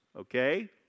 Okay